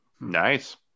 Nice